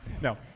No